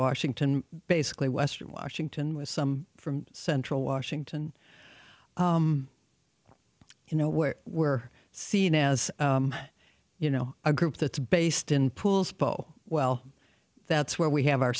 washington basically western washington with some from central washington you know where we're seen as you know a group that's based in pools ball well that's where we have our